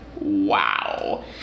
Wow